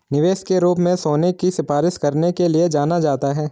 निवेश के रूप में सोने की सिफारिश करने के लिए जाना जाता है